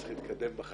צריך להתקדם בחיים,